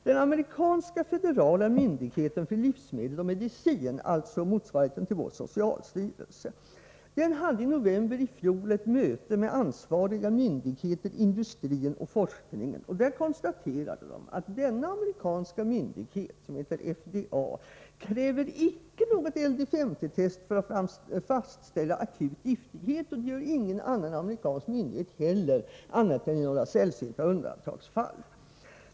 Den amerikanska federala myndigheten för livsmedel och medicin, alltså motsvarigheten till vår socialstyrelse, arrangerade i november i fjol ett möte med ansvariga myndigheter, industri och forskning, varvid konstaterades att denna amerikanska myndighet, FDA, icke kräver LD 50-tester för att fastställa akut giftighet. Det gör ingen annan amerikansk myndighet heller, med några sällsynta undantag.